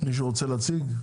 מישהו רוצה להציג?